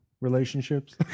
relationships